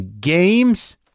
games